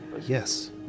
Yes